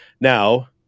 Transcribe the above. Now